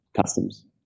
customs